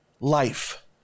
life